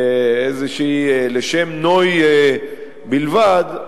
לשם נוי בלבד,